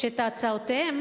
שאת הצעותיהם